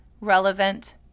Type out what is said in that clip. relevant